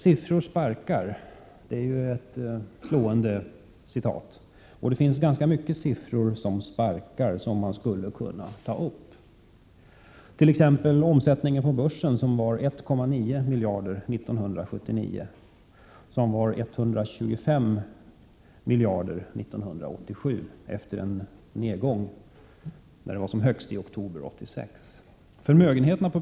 Siffror sparkar — det är ett slående talesätt. Det finns ganska mycket siffror som sparkar som man skulle kunna ta upp. Omsättningen på börsen var t.ex. 1,9 miljarder 1979 och 125 miljarder 1987, efter en nedgång från när det var som högst i oktober 1986.